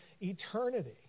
eternity